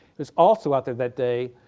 is also out there that day,